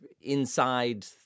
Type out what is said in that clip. inside